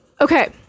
Okay